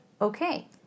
okay